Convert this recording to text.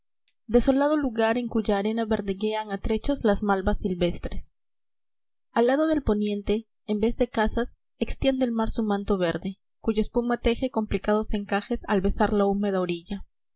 desolado lugar en cuya arena verdeguean a trechos las malvas silvestres al lado del poniente cu vez de casas extiende el mar su manto verde cuya espuma teje complicados encajes al besar la húmeda orilla